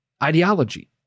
ideology